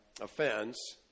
offense